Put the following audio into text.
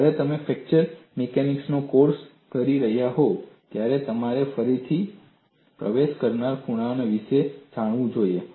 જ્યારે તમે ફ્રેક્ચર મિકેનિક્સનો કોર્સ કરી રહ્યા હોવ ત્યારે તમારે ફરીથી પ્રવેશ કરનાર ખૂણાઓ વિશે પણ જાણવું જોઈએ